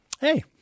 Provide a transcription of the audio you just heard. Hey